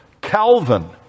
calvin